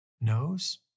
knows